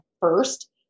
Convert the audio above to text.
first